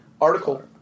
article